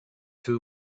two